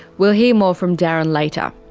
we'll hear more from darren later.